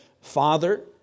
Father